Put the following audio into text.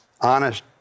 honest